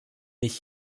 ich